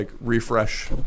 refresh